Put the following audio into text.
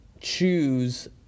choose